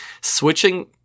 switching